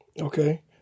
Okay